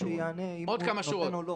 רק שיענה אם כן או לא.